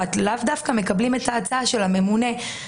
אלא דווקא בתיקים הפשוטים של המשפחה שמשלמת כמה עשרות אלפי שקלים,